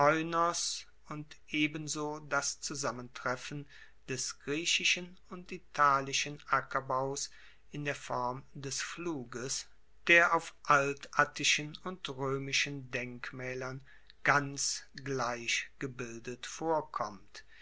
und ebenso das zusammentreffen des griechischen und italischen ackerbaus in der form des pfluges der auf altattischen und roemischen denkmaelern ganz gleich gebildet vorkommt